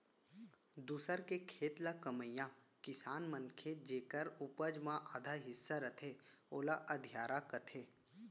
दूसर के खेत ल कमइया किसान मनखे जेकर उपज म आधा हिस्सा रथे ओला अधियारा कथें